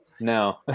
No